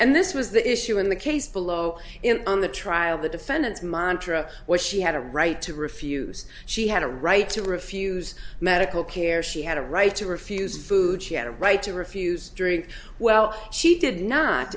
and this was the issue in the case below in the trial the defendant's montra where she had a right to refuse she had a right to refuse medical care she had a right to refuse food she had a right to refuse drink well she did not